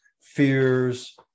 fears